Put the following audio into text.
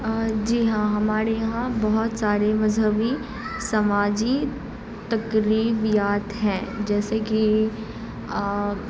جی ہاں ہمارے یہاں بہت سارے مذہبی سماجی تقریبات ہیں جیسے کہ